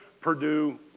Purdue